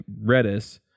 Redis